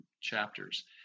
chapters